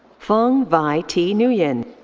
phuong vy t. nguyen.